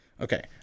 Okay